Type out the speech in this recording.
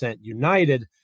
united